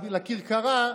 לכרכרה,